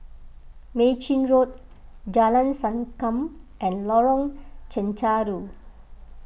Mei Chin Road Jalan Sankam and Lorong Chencharu